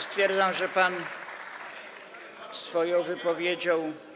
Stwierdzam, że pan swoją wypowiedzią.